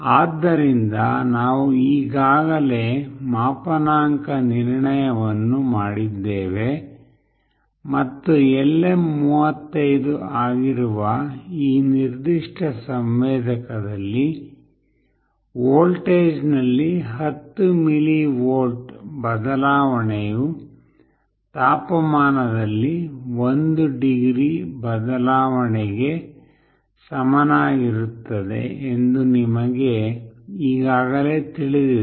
ಆದ್ದರಿಂದ ನಾವು ಈಗಾಗಲೇ ಮಾಪನಾಂಕ ನಿರ್ಣಯವನ್ನು ಮಾಡಿದ್ದೇವೆ ಮತ್ತು LM35 ಆಗಿರುವ ಈ ನಿರ್ದಿಷ್ಟ ಸಂವೇದಕದಲ್ಲಿ ವೋಲ್ಟೇಜ್ನಲ್ಲಿ 10 ಮಿಲಿವೋಲ್ಟ್ ಬದಲಾವಣೆಯು ತಾಪಮಾನದಲ್ಲಿ 1ಡಿಗ್ರಿ ಬದಲಾವಣೆಗೆ ಸಮನಾಗಿರುತ್ತದೆ ಎಂದು ನಿಮಗೆ ಈಗಾಗಲೇ ತಿಳಿದಿದೆ